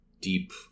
deep